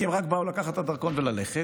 כי הם רק באו לקחת את הדרכון וללכת?